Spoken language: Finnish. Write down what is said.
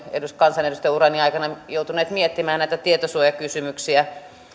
kansanedustajaurani aikana joutuneet miettimään näitä tietosuojakysymyksiä